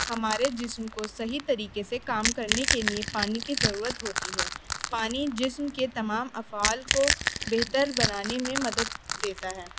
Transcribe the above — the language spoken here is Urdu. ہمارے جسم کو صحیح طریقے سے کام کرنے کے لیے پانی کی ضرورت ہوتی ہے پانی جسم کے تمام افعال کو بہتر بنانے میں مدد دیتا ہے